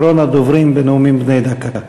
אחרון הדוברים בנאומים בני דקה.